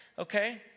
Okay